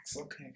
Okay